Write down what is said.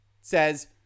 says